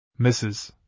Mrs